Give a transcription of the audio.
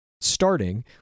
starting